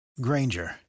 Granger